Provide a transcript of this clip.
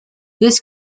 this